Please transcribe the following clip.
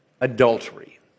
adultery